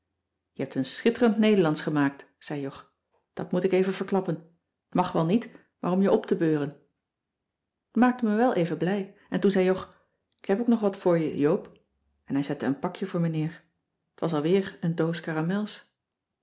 je hebt een schitterend nederlandsch gemaakt zei jog dat moet ik even verklappen t mag wel niet maar om je op te beuren t maakte me wel even blij en toen zei jog k heb ook nog wat voor je joop en hij zette een pakje voor me neer t was alweer een doos caramels